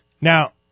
Now